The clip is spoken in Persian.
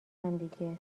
همدیگه